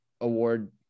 award